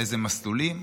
לאיזה מסלולים,